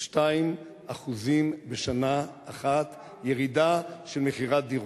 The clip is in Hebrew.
42% בשנה אחת, ירידה של מכירת דירות.